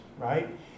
right